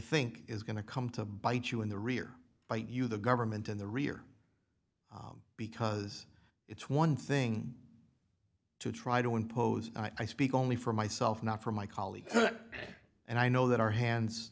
think is going to come to bite you in the rear bite you the government in the rear because it's one thing to try to impose i speak only for myself not for my colleagues and i know that our hands